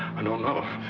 i don't know.